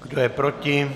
Kdo je proti?